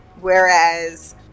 whereas